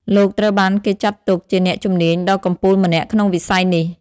លោកត្រូវបានគេចាត់ទុកជាអ្នកជំនាញដ៏កំពូលម្នាក់ក្នុងវិស័យនេះ។